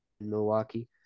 milwaukee